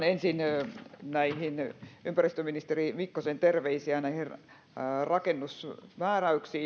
ensin ympäristöministeri mikkosen terveisiä näihin rakennusmääräyksiin